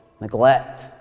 neglect